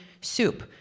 soup